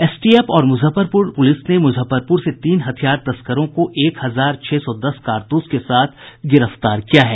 STF और Muzaffarpur police ने मुजफ्फरपुर से तीन हथियार तस्करों को एक हजार छह सौ दस कारतूस के साथ गिरफ्तार किया है